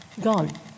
gone